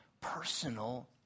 personal